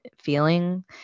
feeling